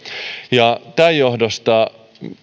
tämän johdosta